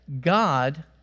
God